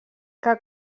que